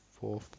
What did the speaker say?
four